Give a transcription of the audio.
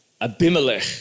Abimelech